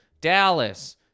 Dallas